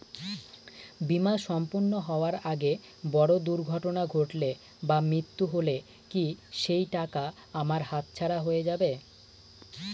বীমা সম্পূর্ণ হওয়ার আগে বড় দুর্ঘটনা ঘটলে বা মৃত্যু হলে কি সেইটাকা আমার হাতছাড়া হয়ে যাবে?